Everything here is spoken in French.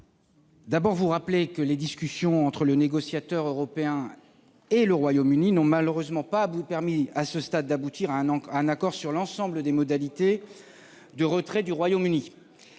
sénatrice Canayer, les discussions entre le négociateur européen et le Royaume-Uni n'ont malheureusement pas permis, à ce stade, d'aboutir à un accord sur l'ensemble des modalités de retrait du Royaume-Uni